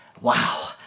Wow